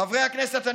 חברי הכנסת,